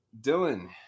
Dylan